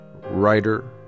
writer